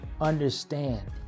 understand